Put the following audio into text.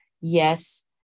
Yes